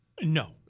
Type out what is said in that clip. No